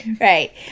Right